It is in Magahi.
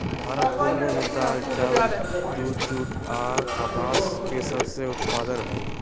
भारत दुनिया में दाल, चावल, दूध, जूट आ कपास के सबसे उत्पादन हइ